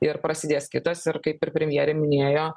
ir prasidės kitas ir kaip ir premjerė minėjo